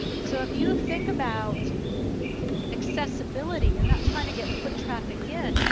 so if you think about accessibility, you're not trying to get foot traffic in.